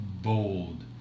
bold